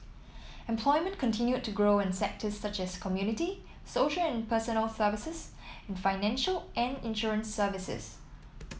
employment continued to grow in sectors such as community social and personal services and financial and insurance services